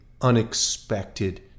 unexpected